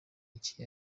iki